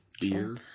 beer